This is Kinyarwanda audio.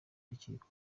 urukiko